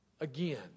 again